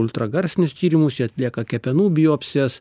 ultragarsinius tyrimus jie atlieka kepenų biopsijas